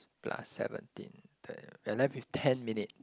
plus seventeen we're left with ten minute